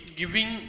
giving